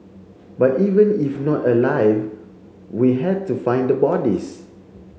but even if not alive we had to find the bodies